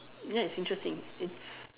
ya it's interesting it's